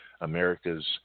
America's